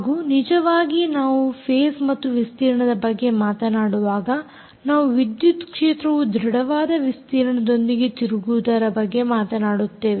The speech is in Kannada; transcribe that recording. ಹಾಗೂ ನಿಜವಾಗಿ ನಾವು ಫೇಸ್ ಮತ್ತು ವಿಸ್ತೀರ್ಣದ ಬಗ್ಗೆ ಮಾತನಾಡುವಾಗ ನಾವು ವಿದ್ಯುತ್ ಕ್ಷೇತ್ರವು ದೃಢವಾದ ವಿಸ್ತೀರ್ಣದೊಂದಿಗೆ ತಿರುಗುವುದರ ಬಗ್ಗೆ ಮಾತನಾಡುತ್ತೇವೆ